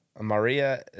Maria